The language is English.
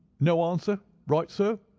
no answer? right, sir.